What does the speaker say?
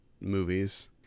movies